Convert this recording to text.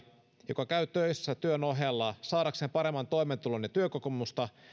joka käy töissä opintojen ohella saadakseen paremman toimeentulon ja työkokemusta